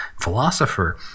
Philosopher